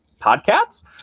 podcasts